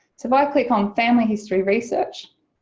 so if i click on family history research.